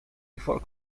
before